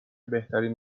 بهترین